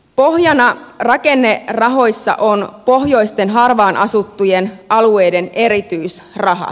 pohjana rakennerahoissa on pohjoisten harvaan asuttujen alueiden erityisrahat